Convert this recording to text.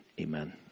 Amen